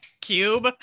cube